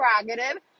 prerogative